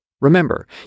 Remember